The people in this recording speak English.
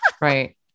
Right